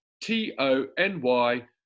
T-O-N-Y